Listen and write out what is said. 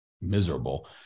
miserable